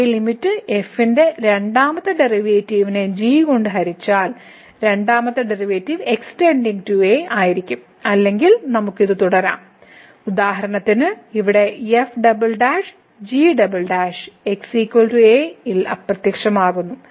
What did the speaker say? അതേ limit f ന്റെ രണ്ടാമത്തെ ഡെറിവേറ്റീവിനെ g കൊണ്ട് ഹരിച്ചാൽ രണ്ടാമത്തെ ഡെറിവേറ്റീവ് x → a ആയിരിക്കും അല്ലെങ്കിൽ നമുക്ക് ഇത് തുടരാം ഉദാഹരണത്തിന് ഇവിടെ f " g" x a ൽ അപ്രത്യക്ഷമാകുന്നു